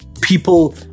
people